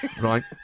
Right